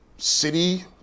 city